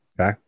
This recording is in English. Okay